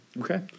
Okay